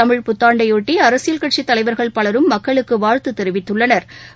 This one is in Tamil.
தமிழ் புத்தாண்டையொட்டிஅரசியல்கட்சிதலைவர்கள் பலரும் மக்களுக்குவாழ்த்துதெரிவித்துள்ளனா்